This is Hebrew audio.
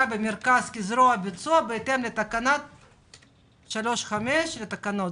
במרכז כזרוע ביצוע בהתאם לתקנה 35 לתקנות.